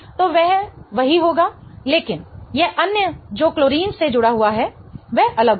तो यह वही होगा लेकिन यह अन्य जो क्लोरीन से जुड़ा हुआ है वह अलग होगा